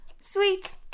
Sweet